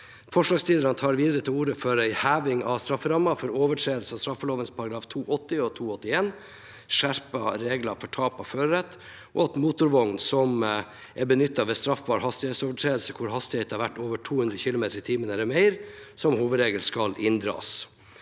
Forslagsstillerne tar videre til orde for en heving av strafferammen for overtredelse av straffeloven §§ 280 og 281, skjerpede regler for tap av førerrett og at motorvogn som er benyttet ved straffbar hastighetsovertredelse hvor hastigheten har vært over 200 km/t eller mer, som hovedregel skal inndras.